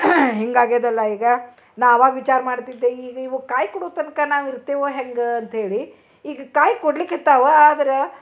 ಹಿಂಗಾಗ್ಯದಲ್ಲ ಈಗ ನಾ ಅವಾಗ ವಿಚಾರ ಮಾಡ್ತಿದ್ದೆ ಈಗ ಇವು ಕಾಯಿ ಕೊಡುತನಕ ನಾವಿರ್ತೆವೊ ಹೆಂಗೆ ಅಂತೇಳಿ ಈಗ ಕಾಯಿ ಕೊಡ್ಲಿಕತ್ತಾವ ಆದ್ರ